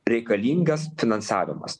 reikalingas finansavimas